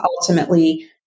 ultimately